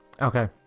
Okay